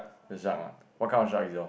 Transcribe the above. the shark lah what kind of shark is yours